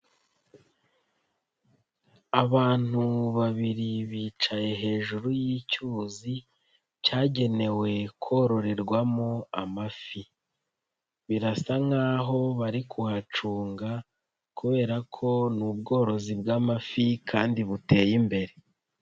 Abantu babiri bicaye hejuru y'icyuzi cyagenewe kororerwamo amafi, birasa nk'aho bari kuhacunga kubera ko ni ubworozi bw'amafi kandi buteye imbere.